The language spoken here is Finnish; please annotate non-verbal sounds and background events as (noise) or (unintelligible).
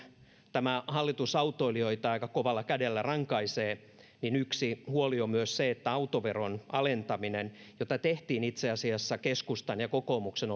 tämä hallitus autoilijoita aika kovalla kädellä rankaisee niin yksi huoli on myös se että autoveron alentaminen jota tehtiin itse asiassa keskustan ja kokoomuksen (unintelligible)